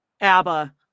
abba